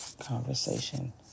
conversation